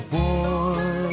boy